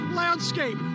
landscape